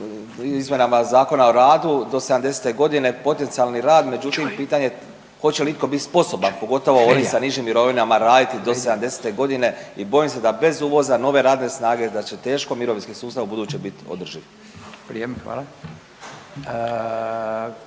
izmjenama Zakona o radu, do 70. godine potencijalni rad, međutim, pitanje je hoće li itko biti sposoban, pogotovo ovi sa nižim mirovinama, raditi do 70. g. i bojim se da bez uvoza nove radne snage da će teško mirovinski sustav ubuduće bit održiv. **Radin, Furio